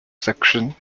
section